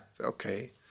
okay